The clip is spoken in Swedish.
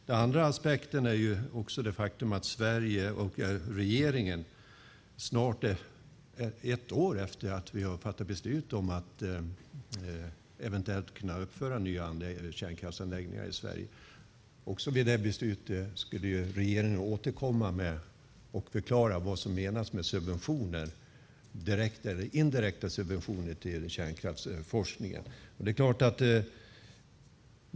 Den andra aspekten är det faktum att vi i Sverige för snart ett år sedan fattat beslut om att eventuellt kunna uppföra nya kärnkraftsanläggningar i Sverige. Vid det beslutet sades att regeringen skulle återkomma och förklara vad som menas med direkta eller indirekta subventioner till kärnkraftsforskningen.